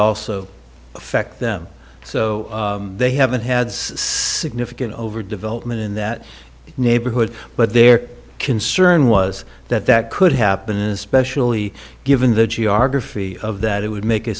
also affect them so they haven't had significant over development in that neighborhood but their concern was that that could happen especially given the geography of that it would make a